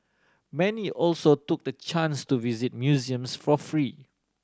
many also took the chance to visit museums for free